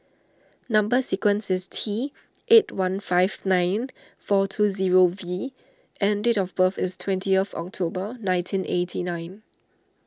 Number Sequence is T eight one five nine four two zero V and date of birth is twentieth of October nineteen eighty nine